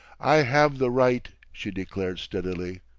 i have the right, she declared steadily.